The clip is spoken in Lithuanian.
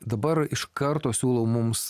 dabar iš karto siūlau mums